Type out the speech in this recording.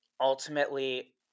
Ultimately